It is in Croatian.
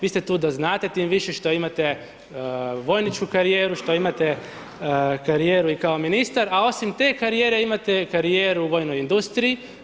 Vi ste tu da znate, tim više što imate vojničku karijeru, što imate karijeru i kao ministar, a osim te karijere imate karijeru u vojnom industriji.